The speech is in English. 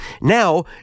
Now